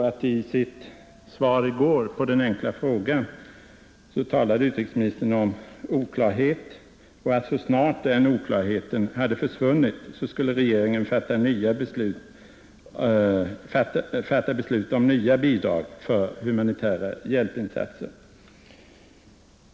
I sitt svar på den enkla frågan i går talade utrikesministern om att oklarhet förelåg och sade att regeringen, så snart denna oklarhet hade försvunnit, skulle fatta beslut om nya bidrag för humanitära hjälpinsatser.